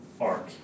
arc